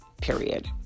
Period